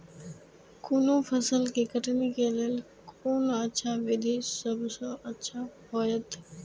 कोनो फसल के कटनी के लेल कोन अच्छा विधि सबसँ अच्छा होयत?